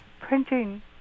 printing